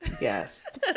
yes